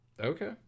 Okay